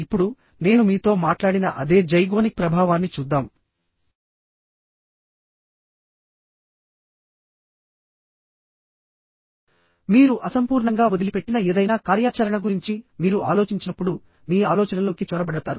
ఇప్పుడు నేను మీతో మాట్లాడిన అదే జైగోనిక్ ప్రభావాన్ని చూద్దాం మీరు అసంపూర్ణంగా వదిలిపెట్టిన ఏదైనా కార్యాచరణ గురించి మీరు ఆలోచించినప్పుడు మీ ఆలోచనల్లోకి చొరబడతారు